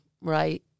right